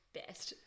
best